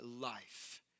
life